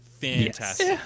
Fantastic